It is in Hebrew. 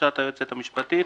לבקשת היועצת המשפטית.